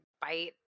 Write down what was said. bite